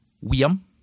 William